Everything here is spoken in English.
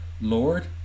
Lord